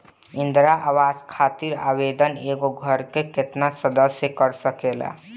इंदिरा आवास खातिर आवेदन एगो घर के केतना सदस्य कर सकेला?